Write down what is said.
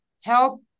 help